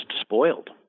spoiled